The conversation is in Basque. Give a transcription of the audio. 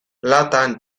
latan